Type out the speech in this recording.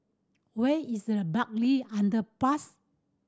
where is Bartley Underpass